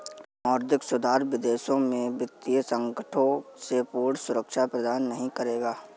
मौद्रिक सुधार विदेशों में वित्तीय संकटों से पूर्ण सुरक्षा प्रदान नहीं करेगा